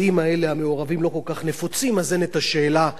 אז אין השאלה לפי מה קובעים את העדה.